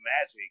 magic